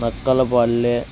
Nakkalapalle